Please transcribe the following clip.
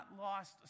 lost